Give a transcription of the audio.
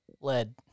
Lead